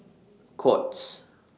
Courts